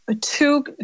two